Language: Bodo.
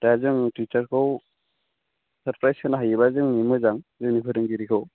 दा जों टिचारखौ सारप्राइस होनो हायोब्ला जोंनिनो मोजां जोंनि फोरोंगिरिखौ